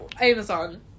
Amazon